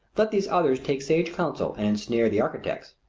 let these others take sage counsel and ensnare the architects.